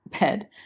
bed